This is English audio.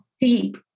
deep